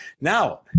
Now